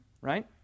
right